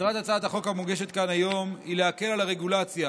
מטרת הצעת החוק המוגשת כאן היום היא להקל את הרגולציה